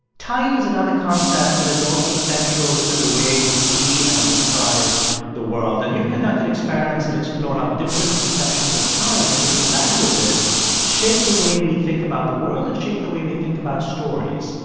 time is another concept that is also central to the way we see and describe the world. and you've conducted experiments that explore how different conceptions of time in different languages shape the way we think about the world and shape the way we think about stories.